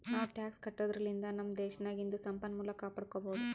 ನಾವೂ ಟ್ಯಾಕ್ಸ್ ಕಟ್ಟದುರ್ಲಿಂದ್ ನಮ್ ದೇಶ್ ನಾಗಿಂದು ಸಂಪನ್ಮೂಲ ಕಾಪಡ್ಕೊಬೋದ್